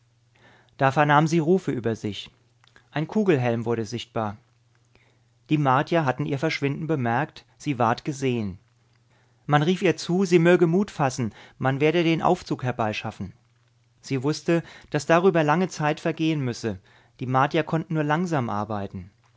da vernahm sie rufe über sich ein kugelhelm wurde sichtbar die martier hatten ihr verschwinden bemerkt sie ward gesehen man rief ihr zu sie möge mut fassen man werde den aufzug herbeischaffen sie wußte daß darüber lange zeit vergehen müsse die martier konnten nur langsam arbeiten